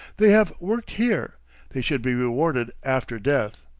they have worked here they should be rewarded after death.